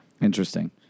Interesting